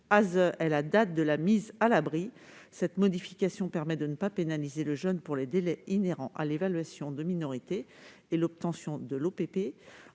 ASE est la date de la mise à l'abri- cette modification permet de ne pas pénaliser le jeune pour les délais inhérents à l'évaluation de minorité et à l'obtention de